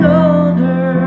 older